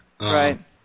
Right